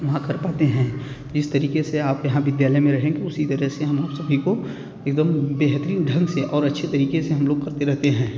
वहाँ कर पाते हैं इस तरीक़े से आप यहाँ विद्यालय में रहेंगे उसी तरह से हम उन सभी को एक दम बेहतरीन ढंग से और अच्छे तरीक़े से हम लोग करते रहते हैं